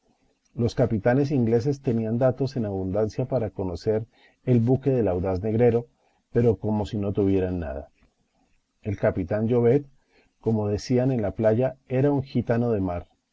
los capitanes ingleses tenían datos en abundancia para conocer el buque del audaz negrero pero como si no tuvieran nada el capitán llovet como decían en la playa era un gitano de mar